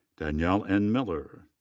danielle n. miller.